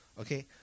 Okay